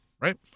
right